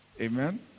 Amen